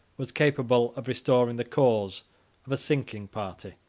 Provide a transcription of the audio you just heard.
was capable of restoring the cause of a sinking party.